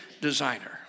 designer